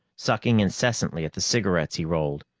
sucking incessantly at the cigarettes he rolled.